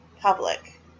public